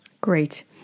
Great